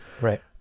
Right